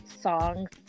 songs